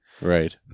Right